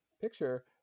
picture